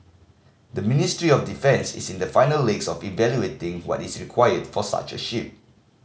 the Ministry of Defence is in the final legs of evaluating what is required for such a ship